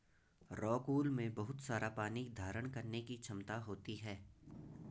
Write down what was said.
rockwool में बहुत सारा पानी धारण करने की क्षमता होती है